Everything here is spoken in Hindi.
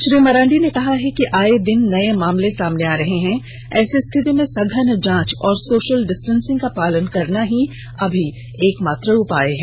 श्री मरांडी ने कहा है कि आये दिन नये मामले सामने आ रहे है ऐसी स्थिति में सघन जांच और सोषल डिस्टेसिंग का पालन करना ही अभी एकमात्र उपाय है